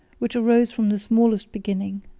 which arose from the smallest beginnings.